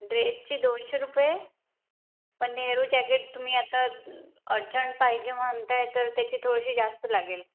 ड्रेसचे दोनशे रुपये पण नेहरू जॅकेट तुम्ही आता अर्जंट पाहिजे म्हणताय तर त्याचे थोडेसे जास्त लागेल